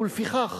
ולפיכך